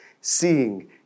seeing